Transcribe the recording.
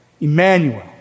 Emmanuel